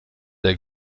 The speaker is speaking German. der